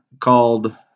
called